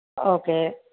okay